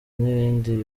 n’ibindi